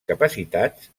capacitats